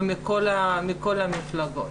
ומכל המפגלות.